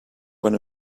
when